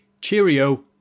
Cheerio